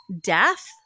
Death